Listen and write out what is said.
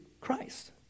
Christ